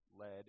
led